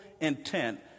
intent